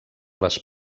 les